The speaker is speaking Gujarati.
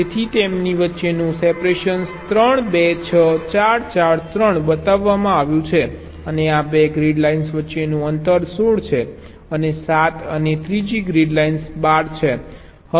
તેથી તેમની વચ્ચેનું સેપરેશન 3 2 6 4 4 3 બતાવવામાં આવ્યું છે અને આ 2 ગ્રીડ લાઇન્સ વચ્ચેનું અંતર 16 છે અને 7 અને ત્રીજી ગ્રીડ લાઇન્સ 12 છે